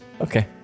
Okay